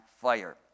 fire